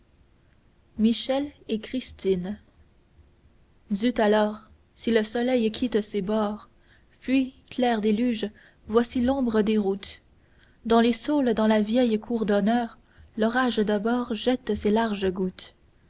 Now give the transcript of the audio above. michel et christine zut alors si le soleil quitte ces bords fuis clair déluge voici l'ombre des routes dans les saules dans la vieille cour d'honneur l'orage d'abord jette ses larges gouttes